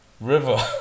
river